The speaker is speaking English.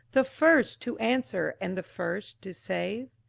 the first to answer and the first to save